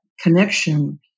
connection